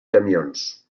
camions